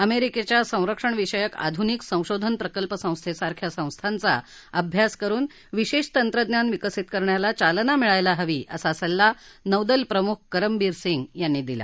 अमेरिकेच्या संरक्षणविषयक आधुनिक संशोधन प्रकल्प संस्थेसारख्या संस्थांचा अभ्यास करुन विशेष तंत्रज्ञान विकसित करण्याला चालना मिळायला हवी असा सल्ला नौदल प्रमुख करमबीर सिंग यांनी दिला